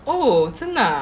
oh 真的 ah